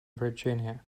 virginia